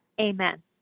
Amen